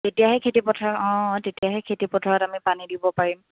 তেতিয়াহে খেতিপথাৰত অঁ তেতিয়াহে খেতি পথাৰত আমি পানী দিব পাৰিম